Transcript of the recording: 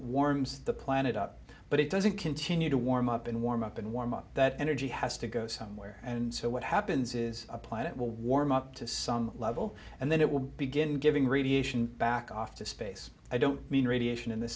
warms the planet up but it doesn't continue to warm up and warm up and warm up that energy has to go somewhere and so what happens is a planet will warm up to some level and then it will begin giving radiation back off to space i don't mean radiation in the